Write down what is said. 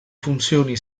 funzioni